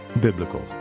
biblical